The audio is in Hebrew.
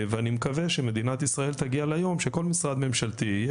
ואני מקווה שמדינת ישראל תגיע ליום שבכל משרד ממשלתי תהיה